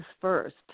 first